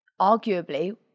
arguably